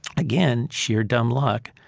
again, sheer dumb luck,